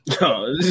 No